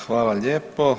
Hvala lijepo.